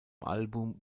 album